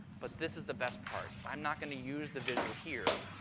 but this is the best part. i'm not going the use the visual here.